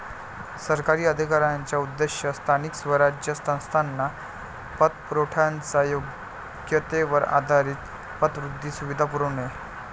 सरकारी अधिकाऱ्यांचा उद्देश स्थानिक स्वराज्य संस्थांना पतपुरवठ्याच्या योग्यतेवर आधारित पतवृद्धी सुविधा पुरवणे